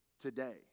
today